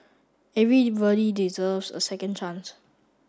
everybody deserves a second chance